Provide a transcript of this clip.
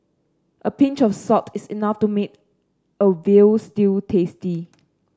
a pinch of salt is enough to make a veal stew tasty